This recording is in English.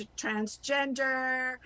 transgender